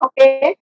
okay